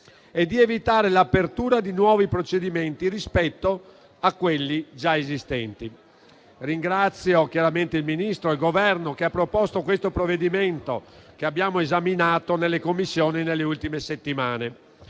e di evitare l'apertura di nuovi procedimenti rispetto a quelli già esistenti. Ringrazio il Ministro e il Governo che hanno proposto questo provvedimento che abbiamo esaminato in Commissione nelle ultime settimane.